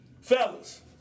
fellas